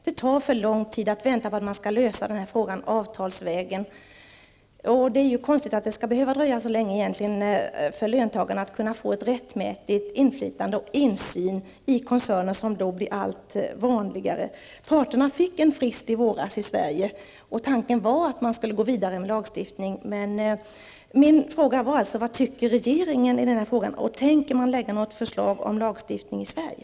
Det tar för lång tid att vänta på att problemen skall lösas avtalsvägen. Det är egentligen konstigt att det skall behöva dröja så länge för löntagarna att rättmätigt få inflytande och insyn i koncerner, något som blir allt vanligare. I Sverige fick parterna en frist i våras. Tanken var att man skulle gå vidare med lagstiftning. Vad anser regeringen? Tänker den lägga fram något förslag om lagstiftning i Sverige?